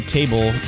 Table